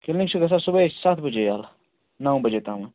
clinic چھُ گَژھان صُبحے سَتھ بَجے یلہٕ نو بَجے تام